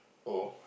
oh